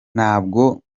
ntabwo